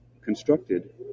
constructed